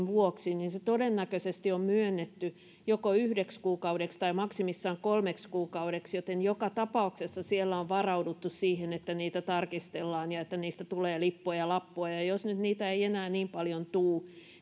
vuoksi todennäköisesti on myönnetty joko yhdeksi kuukaudeksi tai maksimissaan kolmeksi kuukaudeksi joten joka tapauksessa siellä on varauduttu siihen että niitä tarkistellaan ja että niistä tulee lippua ja lappua ja jos nyt niitä ei enää niin paljon tule